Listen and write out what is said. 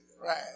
right